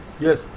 Yes